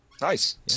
Nice